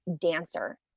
dancer